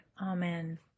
Amen